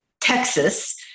Texas